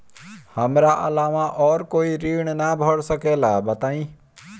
हमरा अलावा और कोई ऋण ना भर सकेला बताई?